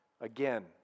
Again